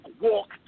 walk